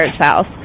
house